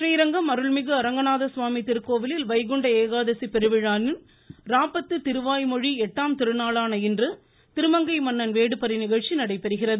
ஸ்ரீரங்கம் றீரங்கம் அருள்மிகு அரங்கநாத சுவாமி திருக்கோவிலில் வைகுண்ட ஏகாதசி பெருவிழாவின் இராப்பத்து திருவாய்மொழி எட்டாம் திருநாளான இன்று திருமங்கை மன்னன் வேடுபறி நிகழ்ச்சி நடைபெறுகிறது